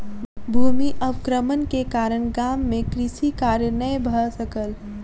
भूमि अवक्रमण के कारण गाम मे कृषि कार्य नै भ सकल